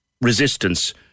resistance